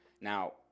Now